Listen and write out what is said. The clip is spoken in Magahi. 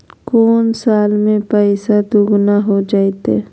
को साल में पैसबा दुगना हो जयते?